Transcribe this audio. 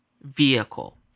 vehicle